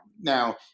now